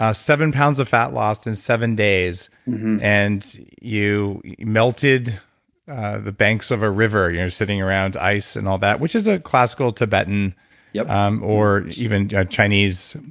ah seven pounds of fat loss in seven days and you melted the banks of a river. you're sitting around ice and all that which is a classical tibetan yeah um or even chinese